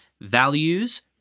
values